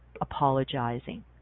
apologizing